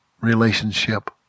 relationship